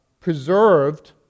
preserved